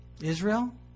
Israel